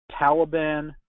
Taliban